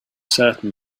certain